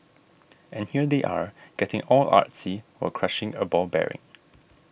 and here they are getting all artsy while crushing a ball bearing